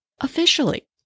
officially